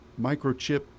microchip